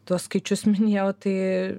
tuos skaičius minėjau tai